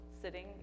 sitting